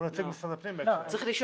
הוא נציג משרד הפנים בהקשר הזה.